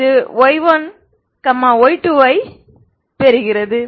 ஐப் பெறுகிறது